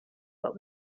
what